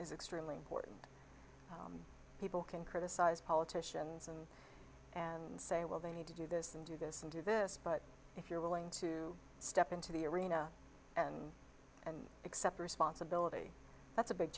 is extremely important people can criticize politicians and and say well they need to do this and do this and do this but if you're willing to step into the arena and and accept responsibility that's a big